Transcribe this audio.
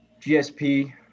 gsp